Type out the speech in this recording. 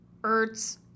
Ertz